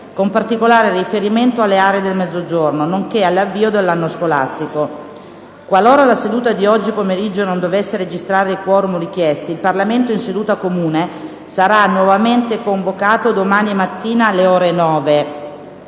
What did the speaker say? con particolare riferimento alle aree del Mezzogiorno, nonché all'avvio dell'anno scolastico. Qualora la seduta di oggi pomeriggio non dovesse registrare i *quorum* richiesti, il Parlamento in seduta comune sarà nuovamente convocato domani mattina, alle ore 9,